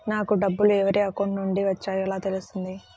నాకు డబ్బులు ఎవరి అకౌంట్ నుండి వచ్చాయో ఎలా తెలుస్తుంది?